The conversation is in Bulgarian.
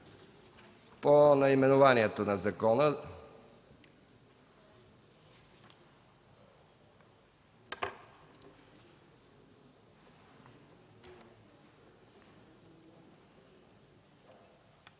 по наименованието на закона.